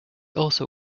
also